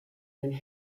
and